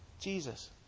Jesus